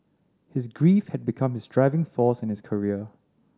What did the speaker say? his grief had become his driving force in his career